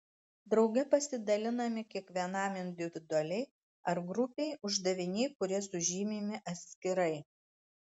drauge pasidalinami kiekvienam individualiai ar grupei uždaviniai kurie sužymimi atskirai